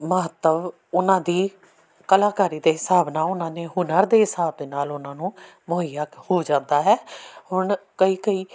ਮਹੱਤਵ ਉਹਨਾਂ ਦੀ ਕਲਾਕਾਰੀ ਦੇ ਹਿਸਾਬ ਨਾਲ ਉਹਨਾਂ ਦੇ ਹੁਨਰ ਦੇ ਹਿਸਾਬ ਦੇ ਨਾਲ ਉਹਨਾਂ ਨੂੰ ਮੁਹੱਈਆ ਹੋ ਜਾਂਦਾ ਹੈ ਹੁਣ ਕਈ ਕਈ